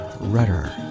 Rudder